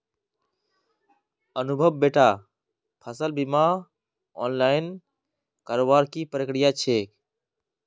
अनुभव बेटा फसल बीमा ऑनलाइन करवार की प्रक्रिया छेक